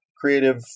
creative